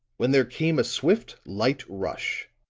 when there came a swift, light rush,